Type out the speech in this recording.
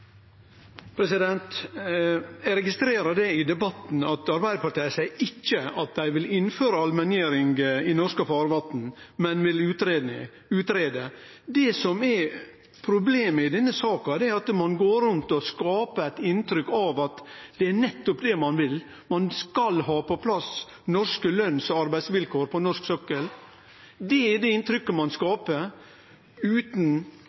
Eg registrerer i debatten at Arbeidarpartiet ikkje seier at dei vil innføre allmenngjering i norske farvatn, men vil utgreie det. Det som er problemet i denne saka, er at ein går rundt og skaper eit inntrykk av at det er nettopp det ein vil, ein skal ha på plass norske løns- og arbeidsvilkår på norsk sokkel. Det er det inntrykket ein skaper utan